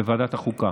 בוועדת החוקה.